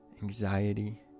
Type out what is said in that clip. anxiety